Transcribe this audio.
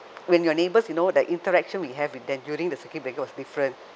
when your neighbours you know the interaction we have with them during the circuit breaker was different